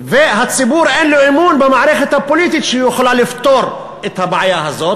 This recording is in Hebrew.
והציבור אין לו אמון במערכת הפוליטית שהיא יכולה לפתור את הבעיה הזאת.